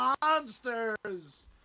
monsters